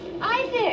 Isaac